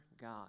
God